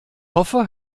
hoffe